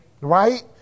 Right